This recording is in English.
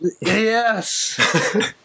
Yes